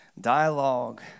dialogue